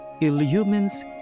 illumines